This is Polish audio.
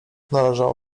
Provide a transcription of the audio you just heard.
należało